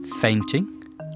Fainting